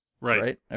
Right